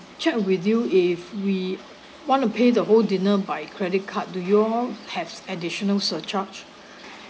check with you if we want to pay the whole dinner by credit card do you all have additional surcharge